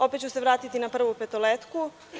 Opet ću se vratiti na „Prvu petoletku“